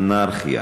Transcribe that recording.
אנרכיה,